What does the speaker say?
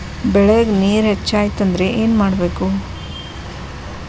ಬೆಳೇಗ್ ನೇರ ಹೆಚ್ಚಾಯ್ತು ಅಂದ್ರೆ ಏನು ಮಾಡಬೇಕು?